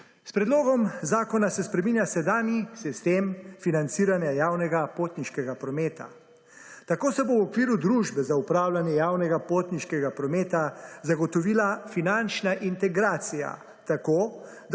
S predlogom zakona se spreminja sedanji sistem financiranja javnega potniškega prometa. Tako se bo v okviru Družbe za upravljanje javnega potniškega prometa zagotovila finančna integracija tako,